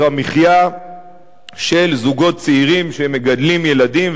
המחיה של זוגות צעירים שמגדלים ילדים.